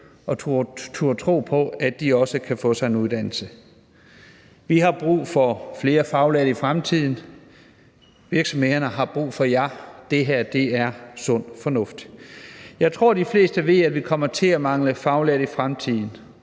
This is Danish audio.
man tør tro på, at de også kan få sig en uddannelse. Vi har brug for flere faglærte i fremtiden – virksomhederne har brug for jer. Det her er sund fornuft. Jeg tror, de fleste ved, at vi kommer til at mangle faglærte i fremtiden.